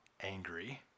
angry